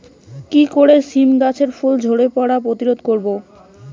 কি করে সীম গাছের ফুল ঝরে পড়া প্রতিরোধ করব?